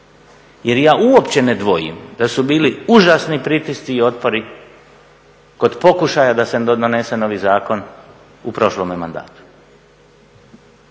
jer ja uopće ne dvojim da su bili užasni pritisci i otpori kod pokušaja da se donese novi zakon u prošlome mandatu.